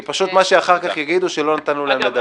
כי פשוט, מה שאחר כך יגידו, שלא נתנו להם לדבר.